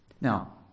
Now